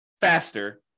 faster